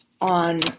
on